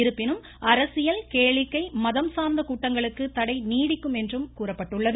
இருப்பினும் அரசியல் கேளிக்கை மதம் சார்ந்த கூட்டங்களுக்கு தடை நீடிக்கும் என்று கூறப்பட்டுள்ளது